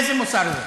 איזה מוסר זה?